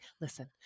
Listen